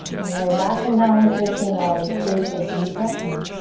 when you're back in downward facing dog, take a deep breath in.